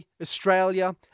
Australia